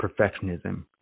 perfectionism